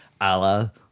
Allah